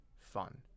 fun